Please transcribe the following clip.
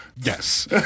Yes